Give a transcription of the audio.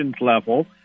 level